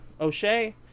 O'Shea